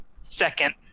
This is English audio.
Second